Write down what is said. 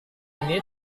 ini